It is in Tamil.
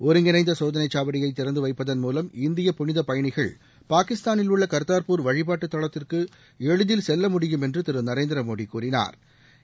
ஒருங்கிணைந்த சோதனைச் சாவடியை திறந்து வைப்பதன் மூலம் இந்திய புனித பயணிகள் பாகிஸ்தானில் உள்ள காதாபூர் வழிபாட்டு தலத்திற்கு எளிதில் செல்ல முடியும் என்று திரு நரேந்திர மோடி கூறினாள்